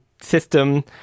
system